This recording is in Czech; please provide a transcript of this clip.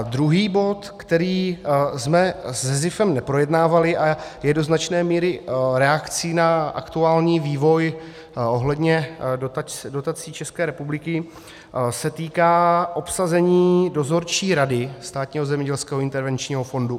Druhý bod, který jsme se SZIF neprojednávali a je do značné míry reakcí na aktuální vývoj ohledně dotací České republiky, se týká obsazení dozorčí rady Státního zemědělského intervenčního fondu.